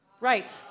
Right